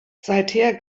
seither